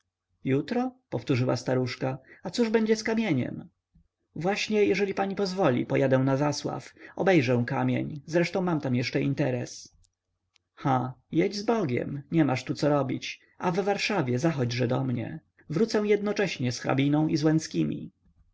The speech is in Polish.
jutro powtórzyła staruszka a cóż będzie z kamieniem właśnie jeżeli pani pozwoli pojadę na zasław obejrzę kamień zresztą mam tam jeszcze interes ha jedź z bogiem nie masz tu co robić a w warszawie zachodź-że do mnie wrócę jednocześnie z hrabiną i